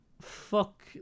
fuck